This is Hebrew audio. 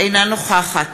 אינה נוכחת